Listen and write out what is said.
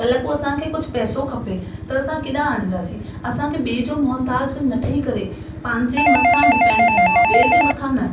काल्ह को असांखे कुझु पैसो खपे त असां काथो आणींदासीं असांखे ॿिए जो मोहताज़ न ठही करे पंहिंजे मथां डिपैंड थियणो आहे ॿिए जे मथां न